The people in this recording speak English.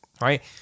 right